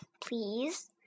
please